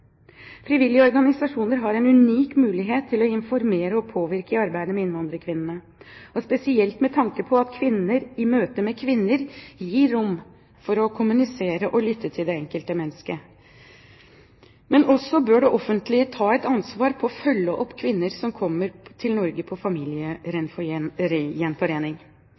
Frivillige organisasjoner har en unik mulighet til å informere og påvirke i arbeidet med innvandrerkvinnene, spesielt med tanke på at kvinner i møte med kvinner gir rom for å kommunisere og lytte til det enkelte mennesket. Men det offentlige bør også ta et ansvar for å følge opp kvinner som kommer til Norge på